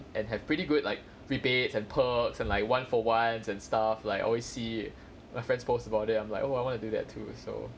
and have pretty good like rebates and perks and like one for ones and stuff like always see my friends post about it I'm like oh I want to do that too also